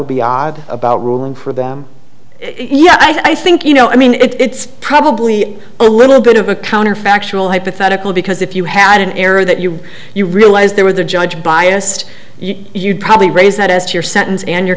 would be odd about ruling for them yeah i think you know i mean it's probably a little bit of a counterfactual hypothetical because if you had an error that you you realize there was a judge biased you'd probably raise that as to your sentence and your